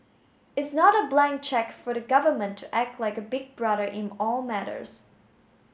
it's not a blank cheque for the government to act like a big brother in all matters